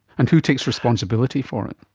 and who takes responsibility for it?